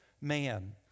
man